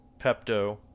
pepto